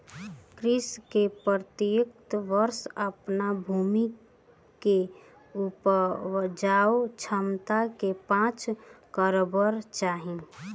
कृषक के प्रत्येक वर्ष अपन भूमि के उपजाऊ क्षमता के जांच करेबाक चाही